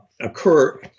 occur